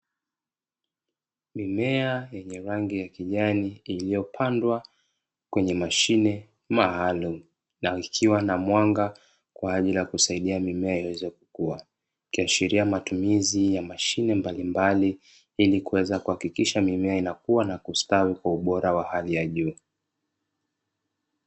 Mimea yenye rangi ya kijani iliyopandwa kwenye mashine maalum na ikiwa na mwanga kwa ajili ya kusaidia mimea iweze kukua, kiashiria matumizi ya mashine mbalimbali ili kuweza kuhakikisha mimea inakuwa na kustawi kwa ubora wa hali ya juu.